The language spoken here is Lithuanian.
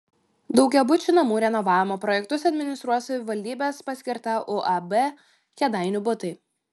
daugiabučių namų renovavimo projektus administruos savivaldybės paskirta uab kėdainių butai